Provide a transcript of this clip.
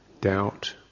doubt